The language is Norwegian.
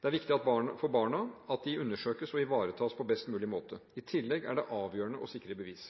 Det er viktig for barna at de undersøkes og ivaretas på best mulig måte. I tillegg er det avgjørende å sikre bevis.